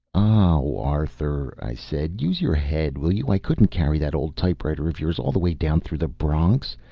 arthur, i said. use your head, will you? i couldn't carry that old typewriter of yours all the way down through the bronx.